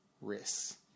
risks